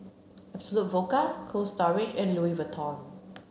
Absolut Vodka Cold Storage and Louis Vuitton